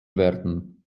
werden